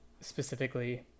specifically